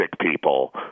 people